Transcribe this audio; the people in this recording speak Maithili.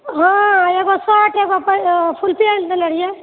हँ एगो शर्ट एगो फूल पेन्ट देले रहिऐ